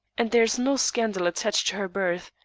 and there is no scandal attached to her birth,